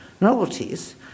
novelties